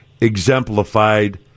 exemplified